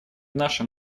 нашем